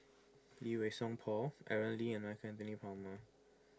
Lee Wei Song Paul Aaron Lee and Michael Anthony Palmer